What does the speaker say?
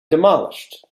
demolished